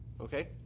Okay